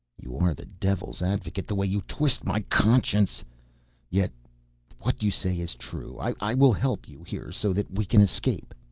you are the devil's advocate the way you twist my conscience yet what you say is true. i will help you here so that we can escape.